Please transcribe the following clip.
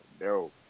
no